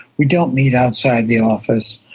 we don't meet outside the office.